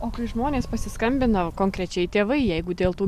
o kai žmonės pasiskambina konkrečiai tėvai jeigu dėl tų